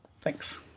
Thanks